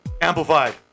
Amplified